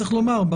צריך לומר,